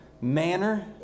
manner